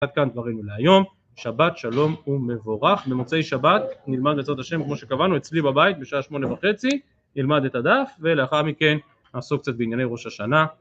עד כאן דברינו להיום, שבת שלום ומבורך, במוצאי שבת נלמד לצאת השם כמו שקבענו אצלי בבית בשעה שמונה וחצי, נלמד את הדף ולאחר מכן נעסוק קצת בענייני ראש השנה